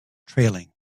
trailing